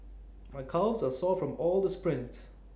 my calves are sore from all the sprints